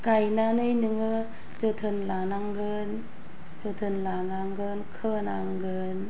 गायनानै नोङो जोथोन लानांगोन जोथोन लानांगोन खोनांगोन